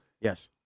Yes